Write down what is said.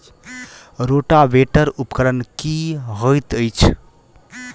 Rotavator उपकरण की हएत अछि?